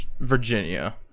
virginia